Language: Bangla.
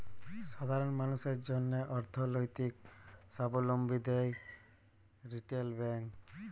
সাধারল মালুসের জ্যনহে অথ্থলৈতিক সাবলম্বী দেয় রিটেল ব্যাংক